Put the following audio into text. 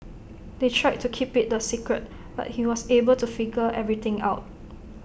they tried to keep IT A secret but he was able to figure everything out